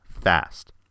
fast